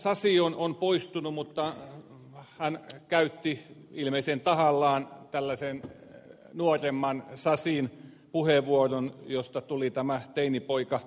sasi on poistunut mutta hän käytti ilmeisen tahallaan tällaisen nuoremman sasin puheenvuoron josta tuli tämä teinipoika esiin